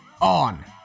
on